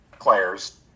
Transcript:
players